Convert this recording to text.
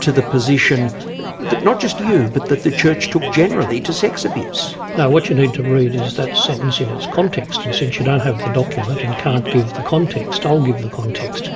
to the position that not just you, but that the church took generally to sex abuse? no, what you need to read is that sentence in its context. and since you don't have the document and can't give the context i'll give the context.